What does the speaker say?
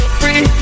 free